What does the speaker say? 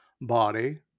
body